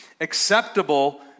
acceptable